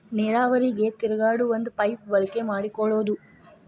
ನೇರಾವರಿಗೆ ತಿರುಗಾಡು ಒಂದ ಪೈಪ ಬಳಕೆ ಮಾಡಕೊಳುದು